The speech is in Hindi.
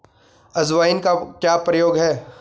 अजवाइन का क्या प्रयोग है?